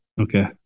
Okay